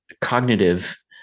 cognitive